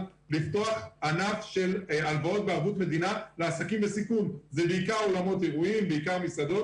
לחזור לעבוד ולאפשר לבעלי העסקים לפעול על פי התו הסגול.